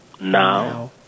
now